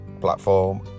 platform